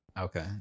Okay